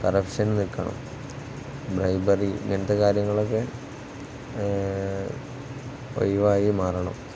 corruption നില്ക്കണം bribery അങ്ങനത്തെ കാര്യങ്ങളൊക്കെ ഒഴിവായി മാറണം